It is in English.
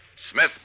Smith